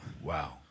Wow